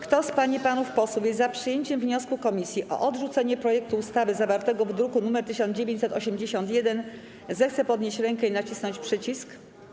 Kto z pań i panów posłów jest za przyjęciem wniosku komisji o odrzucenie projektu ustawy zawartego w druku nr 1981, zechce podnieść rękę i nacisnąć przycisk.